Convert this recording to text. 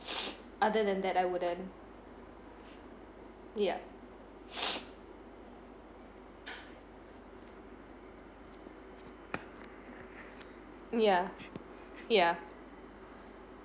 other than that I wouldn't yup ya ya